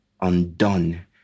undone